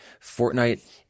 Fortnite